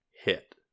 hit